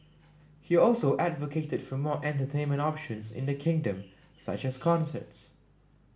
he also advocated for more entertainment options in the kingdom such as concerts